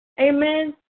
Amen